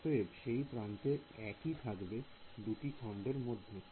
অতএব সেই প্রান্তের একই থাকবে দুটি খন্ডের মধ্যে